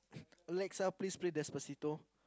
Alexa please play Despacito